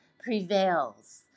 prevails